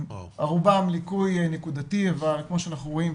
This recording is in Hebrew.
רובם ליקוי נקודתי אבל כמו שאנחנו רואים,